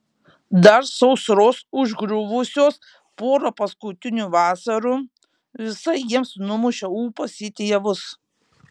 dar sausros užgriuvusios porą paskutinių vasarų visai jiems numušė ūpą sėti javus